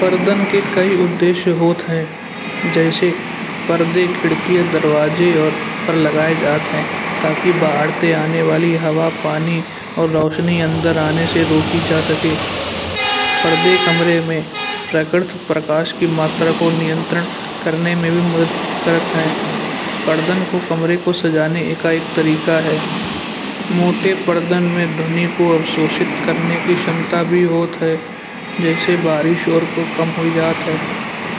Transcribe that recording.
पर्दान के कई उद्देश्य होते हैं जैसे पर्दे खिड़कियाँ दरवाजे और पेड़ लगाए जाते हैं। ताकि बाहर से आने वाली हवा पानी और रोशनी अंदर आने से रोकी जा सके। पर्दे कमरे में प्रकट प्रकाश की मात्रा को नियंत्रण करने में भी मदद करता है। पर्दान को कमरे को सजाने का एक तरीका है। मोटे परदान में ध्वनि को अवशोषित करने की क्षमता भी होता है जैसे बारिश और भूकंप हुए जाता है।